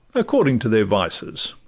according to their vices.